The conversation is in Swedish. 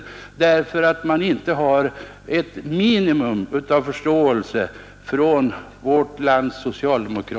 Bakgrunden härtill är att vårt lands socialdemokrater ofta inte har förståelse för de verkliga förhållandena.